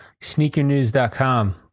sneakernews.com